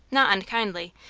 not unkindly,